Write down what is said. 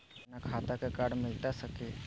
बिना खाता के कार्ड मिलता सकी?